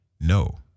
No